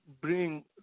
bring